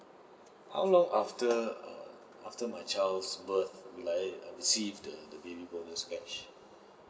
how long after err after my child's birth will I err receive the the baby bonus cash